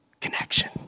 Connection